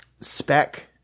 spec